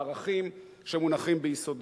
לערכים שמונחים ביסודה.